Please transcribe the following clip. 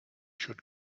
should